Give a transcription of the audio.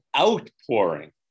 outpouring